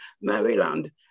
Maryland